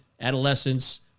adolescence